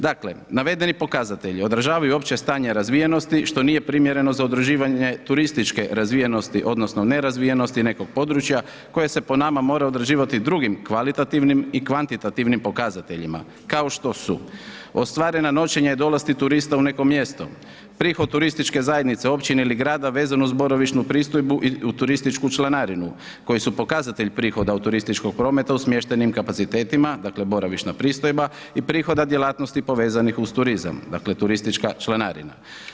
Dakle, navedeni pokazatelji održavaju opće stanje razvijenosti što nije primjereno za udruživanje turističke razvijenosti odnosno nerazvijenosti nekog područja koje se po nama mora odrađivati drugim kvalitativnim i kvantitativnim pokazateljima kao što su ostvarena noćenja i dolasci turista u neko mjesto, prihod turističke zajednice općine ili grada vezano uz boravišnu pristojbu i turističku članarinu koji su pokazatelj prihoda od turističkog prometa u smještenim kapacitetima, dakle boravišna pristojba i prihoda djelatnosti povezanih uz turizam, dakle turistička članarina.